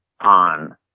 on